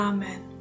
Amen